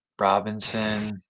Robinson